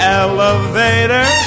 elevator